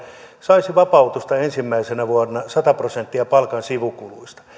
saisi vapautusta ensimmäisenä vuonna sata prosenttia palkan sivukuluista